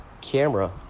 camera